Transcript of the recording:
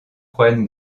juan